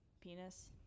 penis